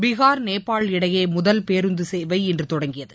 பீகார் நேபாள் இடையே முதல் பேருந்து சேவை இன்று தொடங்கியது